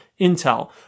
Intel